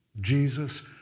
Jesus